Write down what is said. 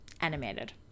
animated